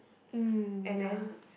mm ya